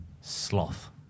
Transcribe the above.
Sloth